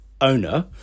owner